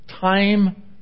time